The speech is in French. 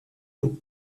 dos